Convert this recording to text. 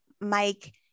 Mike